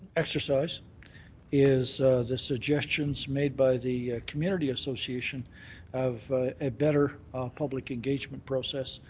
exercise is the suggestions made by the community association of a better public engagement process,